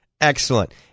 Excellent